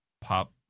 pop